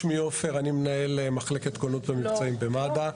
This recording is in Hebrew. אני מנהל מחלקת כוננות ומבצעים במד"א.